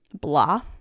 blah